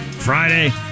Friday